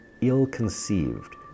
ill-conceived